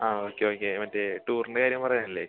ആ okay okay മറ്റേ ടൂറിന്റെ കാര്യം പറയാനല്ലേ